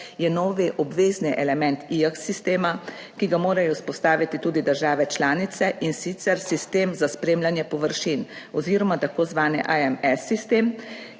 je novi obvezni element IX(?) sistema, ki ga morajo vzpostaviti tudi države članice in sicer sistem za spremljanje površin oziroma tako zvani AMS sistem,